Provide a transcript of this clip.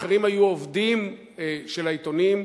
אחרים היו עובדים של העיתונים.